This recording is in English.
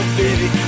baby